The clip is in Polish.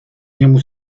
niemu